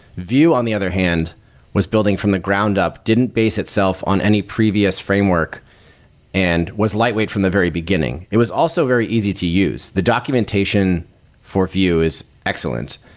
view on the other hand was building from the ground up didn't base itself on any previous framework and was lightweight from the very beginning. it was also very easy to use. the documentation for view is excellent,